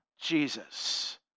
Jesus